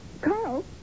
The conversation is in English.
Carl